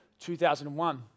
2001